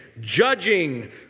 judging